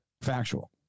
factual